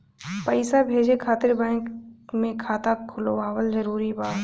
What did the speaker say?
पईसा भेजे खातिर बैंक मे खाता खुलवाअल जरूरी बा?